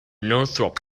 northrop